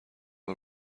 بار